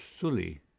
sully